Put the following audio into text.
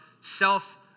self